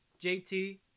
JT